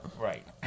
Right